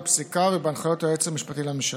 בפסיקה ובהנחיות היועץ המשפטי לממשלה.